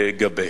לגביהם.